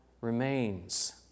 remains